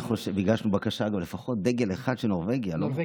הגשנו בקשה: לפחות דגל אחד של נורבגיה.